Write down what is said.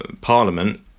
Parliament